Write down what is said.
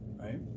right